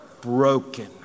Broken